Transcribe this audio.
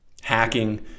hacking